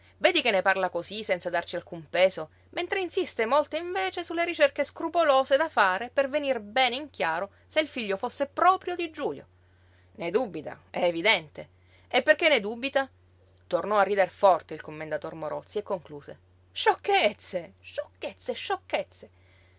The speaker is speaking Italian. vedi che ne parla cosí senza darci alcun peso mentre insiste molto invece su le ricerche scrupolose da fare per venir bene in chiaro se il figlio fosse proprio di giulio ne dubita è evidente e perché ne dubita tornò a rider forte il commendator morozzi e concluse sciocchezze sciocchezze sciocchezze